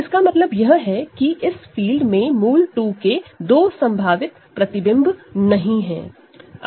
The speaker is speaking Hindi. तो इसका मतलब यह है कि इस फील्ड में √2 की दो संभावित इमेज नहीं है